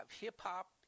hip-hop